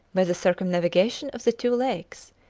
by the circumnavigation of the two lakes,